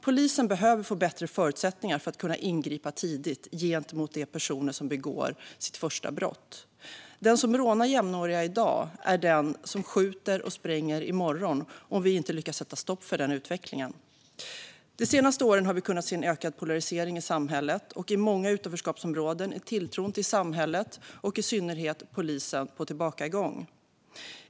Polisen behöver få bättre förutsättningar för att kunna ingripa tidigt gentemot de personer som begår sitt första brott. Den som rånar jämnåriga i dag är den som skjuter och spränger i morgon om vi inte lyckas sätta stopp för denna utveckling. De senaste åren har vi kunnat se en ökad polarisering i samhället, och i många utanförskapsområden är tilltron till samhället och i synnerhet till polisen på tillbakagång.